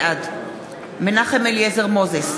בעד מנחם אליעזר מוזס,